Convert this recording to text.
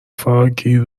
فراگیر